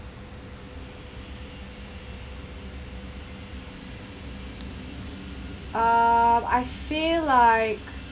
ah I feel like